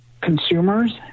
consumers